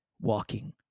walking